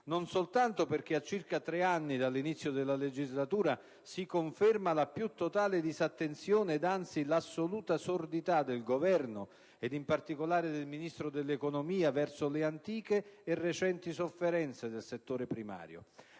non soltanto perché a circa tre anni dall'inizio della legislatura si conferma la più totale disattenzione e, anzi, l'assoluta sordità del Governo, in particolare del Ministro dell'economia, verso le antiche e recenti sofferenze del settore primario,